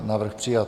Návrh přijat.